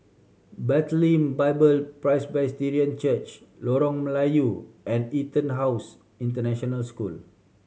Bethlehem Bible Presbyterian Church Lorong Melayu and EtonHouse International School